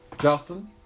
Justin